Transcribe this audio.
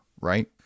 right